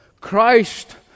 Christ